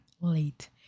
late